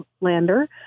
Lander